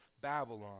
Babylon